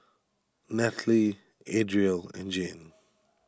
Nataly Adriel and Jane